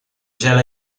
gela